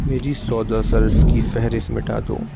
میری سودا سلف کی فہرست مٹا دو